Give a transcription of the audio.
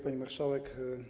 Pani Marszałek!